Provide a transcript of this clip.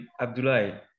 Abdullah